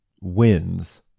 wins